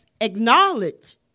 acknowledge